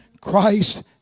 Christ